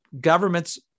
governments